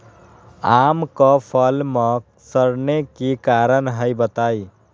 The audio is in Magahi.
आम क फल म सरने कि कारण हई बताई?